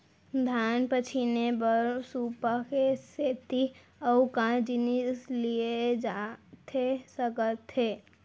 धान पछिने बर सुपा के सेती अऊ का जिनिस लिए जाथे सकत हे?